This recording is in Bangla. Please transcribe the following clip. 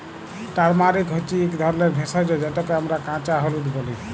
টারমারিক হছে ইক ধরলের ভেষজ যেটকে আমরা কাঁচা হলুদ ব্যলি